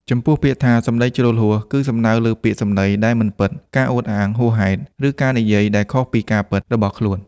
ចំពោះពាក្យថា សម្ដីជ្រុលហួស គឺសំដៅលើពាក្យសម្ដីដែលមិនពិត ការអួតអាងហួសហេតុ ឬការនិយាយដែលខុសពីការពិតរបស់ខ្លួន។